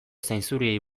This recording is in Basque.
zainzuriei